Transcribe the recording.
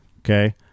Okay